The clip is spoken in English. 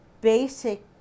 basic